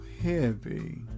heavy